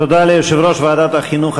תודה ליושב-ראש ועדת החינוך,